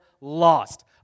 lost